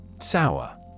Sour